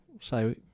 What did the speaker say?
say